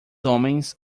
homens